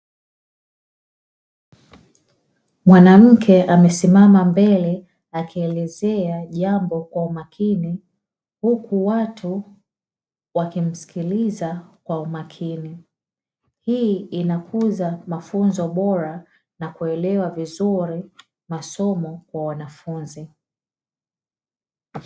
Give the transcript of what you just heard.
Mwanamke amesimama mbele akielezea jambo kwa umakini, huku watu wakimsikiliza kwa umakini. Hii inakuza mafunzo bora na kuelewa vizuri masomo kwa wanafunzi.